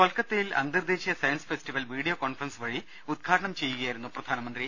കൊൽക്കത്തയിൽ അന്തർദേശീയ science festival video conference വഴി ഉദ്ഘാടനം ചെയ്യുകയായിരുന്നു പ്രധാന മന്ത്രി